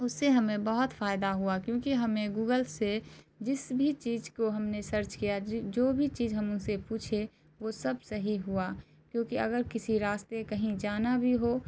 اس سے ہمیں بہت فائدہ ہوا کیوںکہ ہمیں گوگل سے جس بھی چیز کو ہم نے سرچ کیا جو بھی چیز ہم ان سے پوچھے وہ سب صحیح ہوا کیوںکہ اگر کسی راستے کہیں جانا بھی ہو